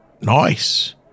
Nice